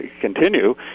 continue